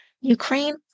Ukraine